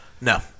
No